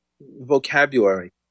vocabulary